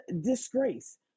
disgrace